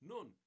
Nun